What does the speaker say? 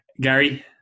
Gary